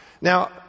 Now